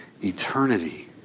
eternity